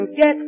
get